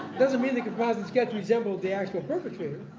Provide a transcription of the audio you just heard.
doesn't mean the composite sketch resembled the actual perpetrator.